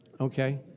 okay